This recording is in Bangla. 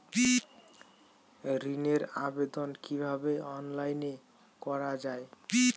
ঋনের আবেদন কিভাবে অনলাইনে করা যায়?